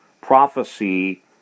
prophecy